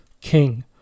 king